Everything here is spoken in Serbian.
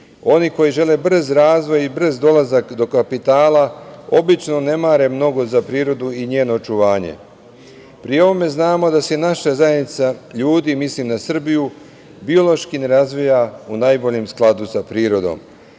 Oni koji žele brz razvoj i brz dolazak do kapitala obično ne mare mnogo za prirodu i njeno očuvanje. Pri ovome znamo da se i naša zajednica ljudi, mislim na Srbiju, biološki ne razvija u najboljem skladu sa prirodom.